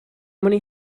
many